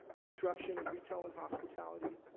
construction and retail and hospitality.